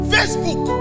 Facebook